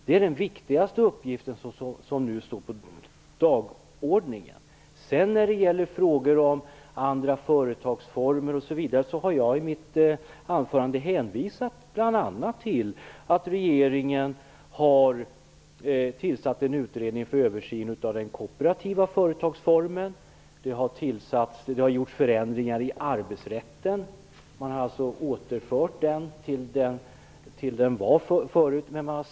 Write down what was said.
Det är den viktigaste uppgiften som nu står på dagordningen. När det gäller frågan om andra företagsformer osv. har jag i mitt anförande hänvisat bl.a. till att regeringen har tillsatt en utredning för översyn av den kooperativa företagsformen. Det har gjorts förändringar i arbetsrätten. Den har återförts till vad den var tidigare.